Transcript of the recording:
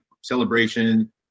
celebration